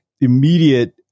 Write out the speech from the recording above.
immediate